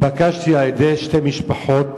נתבקשתי על-ידי שתי משפחות